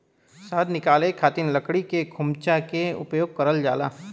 शहद निकाले खातिर लकड़ी के खोमचा के उपयोग करल जाला